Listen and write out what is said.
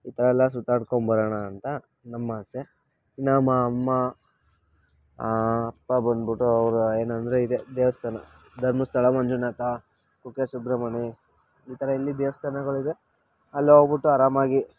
ಈ ಥರ ಎಲ್ಲ ಸುತ್ತಾಡ್ಕೊಂಡು ಬರೋಣ ಅಂತ ನಮ್ಮಾಸೆ ಇನ್ನು ಮ ಅಮ್ಮ ಅಪ್ಪ ಬಂದ್ಬಿಟ್ಟು ಅವರ ಏನೆಂದರೆ ಇದೆ ದೇವಸ್ಥಾನ ಧರ್ಮಸ್ಥಳ ಮಂಜುನಾಥ ಕುಕ್ಕೆ ಸುಬ್ರಮಣ್ಯ ಈ ಥರ ಎಲ್ಲಿ ದೇವಸ್ಥಾನಗಳಿದೆ ಅಲ್ಲಿ ಹೋಗ್ಬಿಟ್ಟು ಆರಾಮಾಗಿ